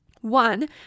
One